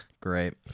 great